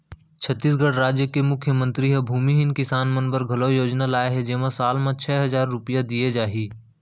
छत्तीसगढ़ राज के मुख्यमंतरी ह भूमिहीन किसान मन बर घलौ योजना लाए हे जेमा साल म छै हजार रूपिया दिये जाही